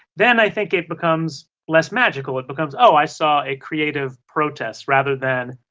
then i think it becomes less magical. it becomes, oh, i saw a creative protest, rather than,